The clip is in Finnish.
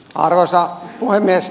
arvoisa puhemies